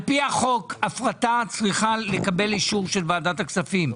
על פי החוק הפרטה צריכה לקבל אישור של ועדת הכספים.